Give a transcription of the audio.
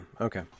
okay